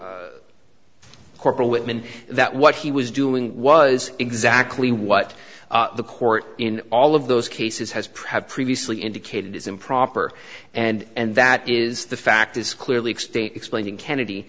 corporal whitman that what he was doing was exactly what the court in all of those cases has proved previously indicated is improper and that is the fact is clearly explaining kennedy